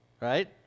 Right